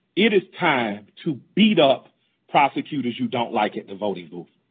it is time to beat up prosecutors you don't like at the voting booth.